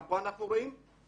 גם כאן אנחנו רואים.